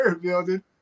building